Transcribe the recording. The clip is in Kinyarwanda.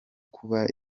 kuba